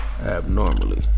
abnormally